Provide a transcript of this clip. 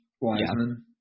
Wiseman